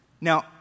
Now